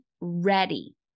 ready